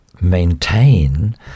maintain